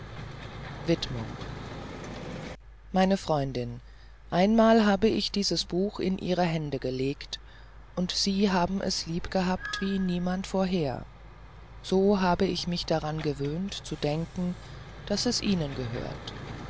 meine freundin einmal habe ich dieses buch in ihre hände gelegt und sie haben es lieb gehabt wie niemand vorher so habe ich mich daran gewöhnt zu denken daß es ihnen gehört